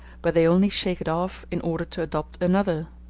but they only shake it off in order to adopt another.